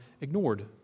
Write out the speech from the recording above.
ignored